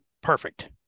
perfect